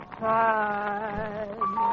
time